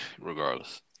regardless